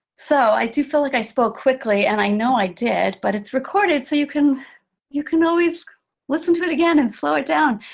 so i do feel like i spoke quickly, and i know i did, but it's recorded, so you can you can always listen to it again, and slow it down.